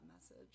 message